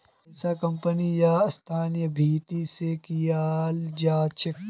ऐसा कम्पनी या संस्थार भीती से कियाल जा छे